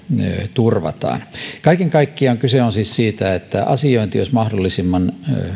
turvataan kaiken kaikkiaan kyse on siis siitä että asiointi olisi mahdollisimman